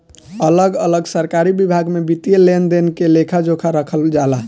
अलग अलग सरकारी विभाग में वित्तीय लेन देन के लेखा जोखा रखल जाला